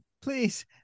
Please